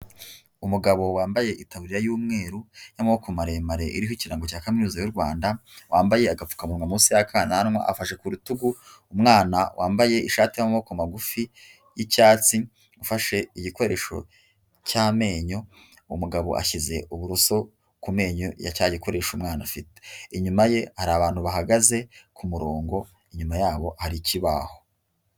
Umugabo wambaye itaburiya y'umweru n'amaboko maremare iriho ikirango cya kaminuza y'u Rwanda wambaye agapfukamawa munsi y'akananwa afashe ku rutugu umwana wambaye ishati y'amaboko magufi y'icyatsi ufashe igikoresho cy'amenyo umugabo ashyize uburoso ku menyo ya cya gikoresho umwana afite inyuma ye hari abantu bahagaze ku murongo inyuma yabo ari ikibaho.